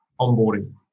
onboarding